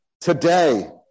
today